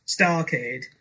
Starcade